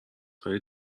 های